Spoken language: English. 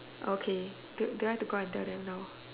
okay do do I to go out and tell them now